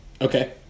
Okay